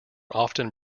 often